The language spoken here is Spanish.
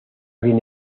bien